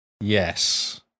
Yes